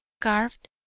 carved